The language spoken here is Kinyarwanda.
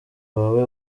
wawe